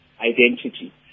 identity